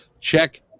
check